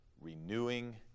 renewing